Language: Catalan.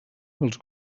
els